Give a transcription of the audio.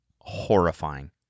horrifying